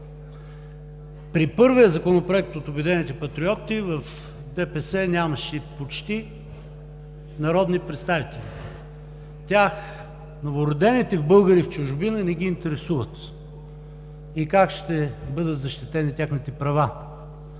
При първия Законопроект – от „Обединените патриоти“, от ДПС почти нямаше народни представители. Тях новородените българи в чужбина не ги интересуват и как ще бъдат защитени техните права.